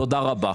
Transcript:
תודה רבה.